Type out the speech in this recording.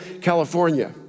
California